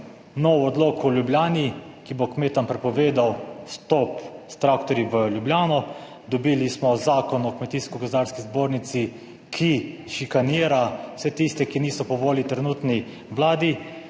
Nov odlok v Ljubljani, ki bo kmetom prepovedal vstop s traktorji v Ljubljano, dobili smo Zakon o kmetijsko gozdarski zbornici, ki šikanira vse tiste, ki niso po volji trenutni Vladi